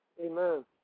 Amen